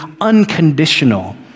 unconditional